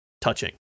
touching